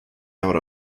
out